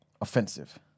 offensive